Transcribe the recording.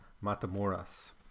Matamoras